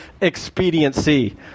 expediency